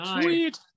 Sweet